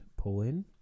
pull-in